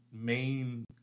main